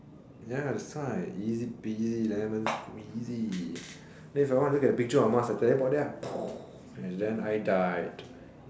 ya that's why easy peasy lemon squeezy then if I want to look at a picture of Mars then I teleport there boom and then I died